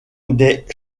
des